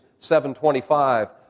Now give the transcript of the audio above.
7.25